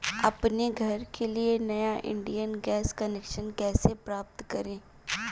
अपने घर के लिए नया इंडियन गैस कनेक्शन कैसे प्राप्त करें?